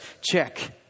Check